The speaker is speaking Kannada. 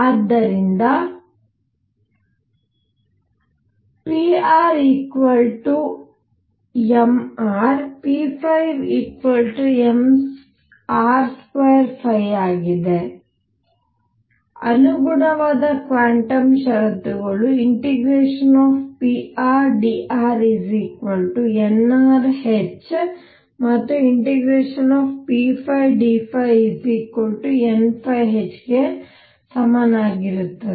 ಆದ್ದರಿಂದ pr mr p mr2ϕ̇ ಆಗಿದೆ ಅನುಗುಣವಾದ ಕ್ವಾಂಟಮ್ ಷರತ್ತುಗಳು ∫prdr nr h ಮತ್ತು ∫pdϕ nh ಗೆ ಸಮಾನವಾಗಿರುತ್ತದೆ